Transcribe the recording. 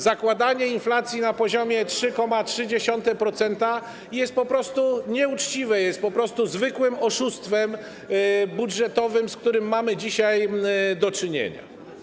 Zakładanie inflacji na poziomie 3,3% jest po prostu nieuczciwe, jest po prostu zwykłym oszustwem budżetowym, z którym mamy dzisiaj do czynienia.